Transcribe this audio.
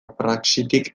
praxitik